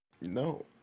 No